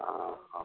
अहाँ खाउ